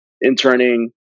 interning